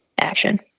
action